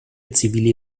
zivile